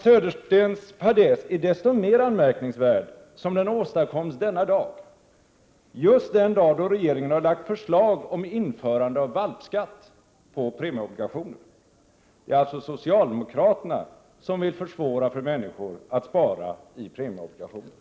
Söderstens fadäs är desto mer anmärkningsvärd som den åstadkoms denna dag, just den dag då regeringen har lagt fram förslag om införande av ”valpskatt” på premieobligationer. Det är alltså socialdemokraterna som vill försvåra för människor att spara i premieobligationer.